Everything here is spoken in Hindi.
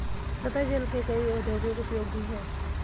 सतही जल के कई औद्योगिक उपयोग भी हैं